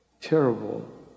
terrible